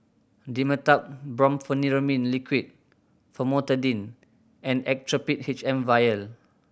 Dimetapp Brompheniramine Liquid Famotidine and Actrapid H M Vial